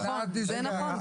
נכון, זה נכון.